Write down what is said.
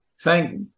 thank